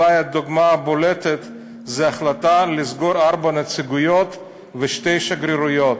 אולי הדוגמה הבולטת זו ההחלטה לסגור ארבע נציגויות ושתי שגרירויות,